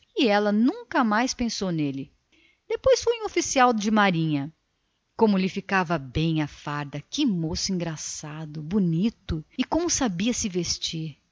ela nunca mais pensou nele depois foi um oficial de marinha como lhe ficava bem a farda que moço engraçado bonito e como sabia vestir-se